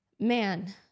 man